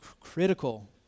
critical